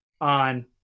on